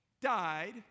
died